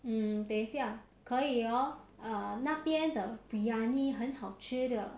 mm 等下可以哦 uh 那边的 biryani 很好吃的